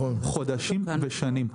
חודשים ושנים.